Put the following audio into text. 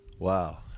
Wow